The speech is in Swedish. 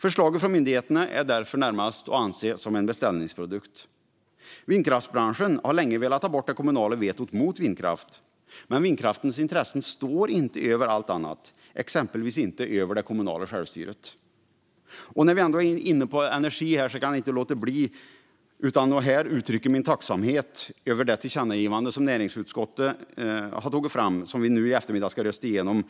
Förslaget från myndigheterna är därför närmast att anse som en beställningsprodukt. Vindkraftsbranschen har länge velat ta bort det kommunala vetot mot vindkraft. Men vindkraftens intressen står inte över allt annat, exempelvis det kommunala självstyret. När vi ändå är inne på energi kan jag inte låta bli att här uttrycka min tacksamhet över det tillkännagivande som näringsutskottet föreslår och som vi i eftermiddag ska rösta om i denna kammare.